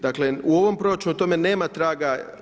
Dakle, u ovom proračunu tome nema traga.